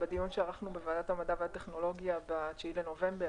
בדיון שערכנו בוועדת המדע והטכנולוגיה ב-9 בנובמבר,